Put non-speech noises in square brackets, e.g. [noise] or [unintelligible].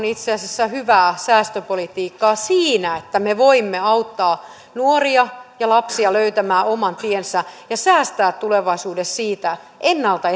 [unintelligible] itse asiassa hyvää säästöpolitiikkaa siinä että me voimme auttaa nuoria ja lapsia löytämään oman tiensä ja säästää tulevaisuudessa ennalta [unintelligible]